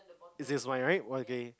is this wine right okay